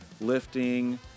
lifting